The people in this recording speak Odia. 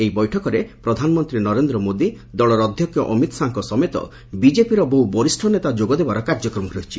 ଏହି ବୈଠକରେ ପ୍ରଧାନମନ୍ତ୍ରୀ ନରେନ୍ଦ୍ର ମୋଦି ଦଳର ଅଧ୍ୟକ୍ଷ ଅମିତ୍ ଶାହାଙ୍କ ସମେତ ବିଜେପିର ବହୁ ବରିଷ୍ଠ ନେତା ଯୋଗ ଦେବାର କାର୍ଯ୍ୟକ୍ରମ ରହିଛି